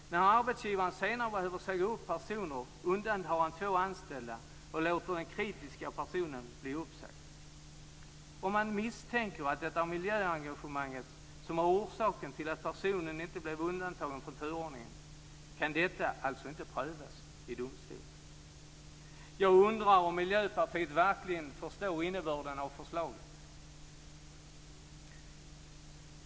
När arbetsgivaren senare behöver säga upp personer undantar han två anställda och låter den kritiska personen bli uppsagd. Om man misstänker att det är miljöengagemanget som är orsaken till att personen inte blev undantagen från turordningen kan detta alltså inte prövas i domstol. Jag undrar om Miljöpartiet verkligen förstår innebörden av förslaget.